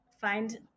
find